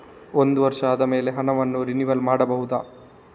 ಒಂದು ವರ್ಷ ಆದಮೇಲೆ ಹಣವನ್ನು ರಿನಿವಲ್ ಮಾಡಬಹುದ?